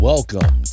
Welcome